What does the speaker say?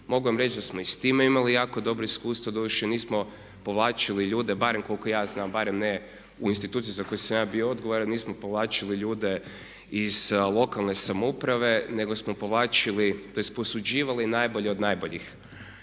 Mogu vam reći da smo i s time imali jako dobra iskustva. Doduše nismo povlačili ljude, barem koliko ja znam, barem ne u instituciji za koju sam ja bio odgovoran, nismo povlačili ljude iz lokalne samouprave nego smo povlačili, tj posuđivali najbolje od najboljih.